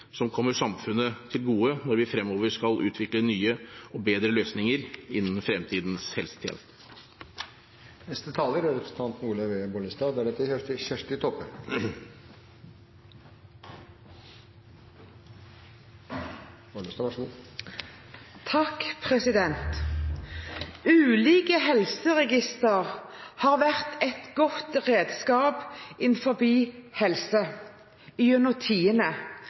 som kommer samfunnet til gode når vi fremover skal utvikle nye og bedre løsninger innen fremtidens helsetjeneste. Ulike helseregistre har vært et godt redskap innen helse gjennom